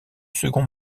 second